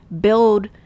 build